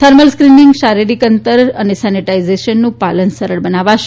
thermal screening શારીરિક અંતર અનેસેનિટાઈઝેશનનું પાલન સરળ બનાવશે